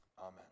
Amen